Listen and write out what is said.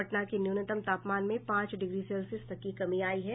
पटना के न्यूनतम तापमान में पांच डिग्री सेल्सियस तक की कमी आयी है